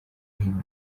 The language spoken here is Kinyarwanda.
ijoro